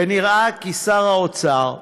ונראה כי שר האוצר,